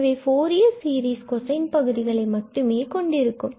எனவே Fourier series cosine பகுதிகளை மட்டும் x கொண்டிருக்கும்